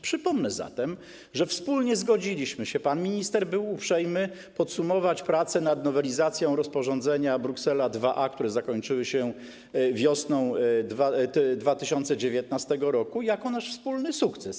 Przypomnę zatem, że wspólnie zgodziliśmy się - pan minister był uprzejmy podsumować prace nad nowelizacją rozporządzenia Bruksela IIa, które zakończyły się wiosną 2019 r. - że to nasz wspólny sukces.